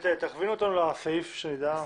איזה סעיף זה?